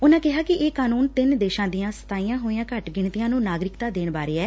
ਉਨੁਾਂ ਕਿਹਾ ਕਿ ਕਾਨੁੰਨ ਤਿੰਨ ਦੇਸ਼ਾਂ ਦੀਆਂ ਸਤਾਈਆ ਹੋਈਆਂ ਘੱਟ ਗਿਣਤੀਆਂ ਨੂੰ ਨਾਗਰਿਕਤਾ ਦੇਣ ਬਾਰੇ ਐ